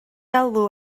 alw